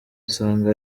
asanga